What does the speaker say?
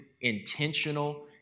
intentional